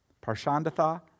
Parshandatha